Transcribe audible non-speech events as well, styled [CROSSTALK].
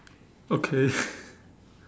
okay [BREATH]